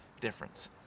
difference